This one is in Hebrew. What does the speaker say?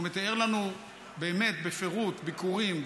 והוא תיאר לנו באמת בפירוט ביקורים,